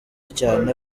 cyane